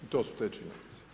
I to su te činjenice.